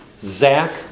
Zach